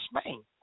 Spain